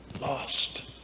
lost